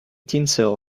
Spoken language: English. tinsel